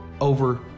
over